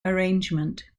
arrangement